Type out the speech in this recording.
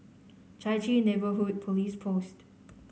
Chai Chee Neighbourhood Police Post